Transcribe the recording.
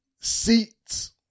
seats